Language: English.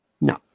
No